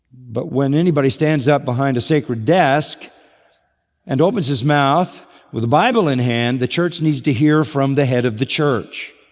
but when anyone stands up behind a sacred desk and opens his mouth with a bible in hand, the church needs to hear from the head of the church.